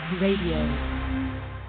Radio